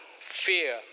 fear